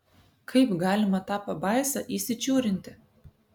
kaip galima tą pabaisą įsičiūrinti